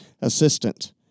assistant